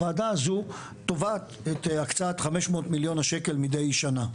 הוועדה הזו תובעת את 500 מיליון השקלים מידי שנה.